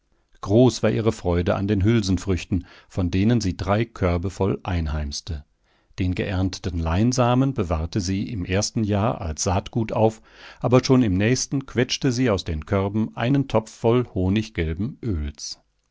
groß war ihre freude an den hülsenfrüchten von denen sie drei körbe voll einheimste den geernteten leinsamen bewahrte sie im ersten jahr als saatgut auf aber schon im nächsten quetschte sie aus den körben einen topf voll honiggelben öls